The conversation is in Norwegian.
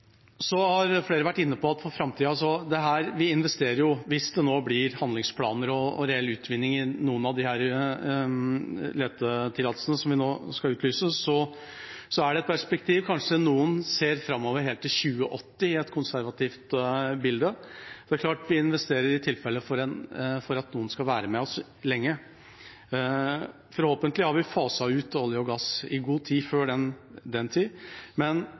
har vært inne på at for framtida – hvis det nå blir handlingsplaner og reell utvinning i noen av letetillatelsene som vi nå skal utlyse, er det et perspektiv, kanskje noen ser framover, helt til 2080 i et konservativt bilde – så investerer vi i tilfelle noen skal være med oss lenge. Forhåpentlig har vi faset ut olje og gass lenge før den tid, men